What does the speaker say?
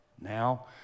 Now